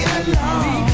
alone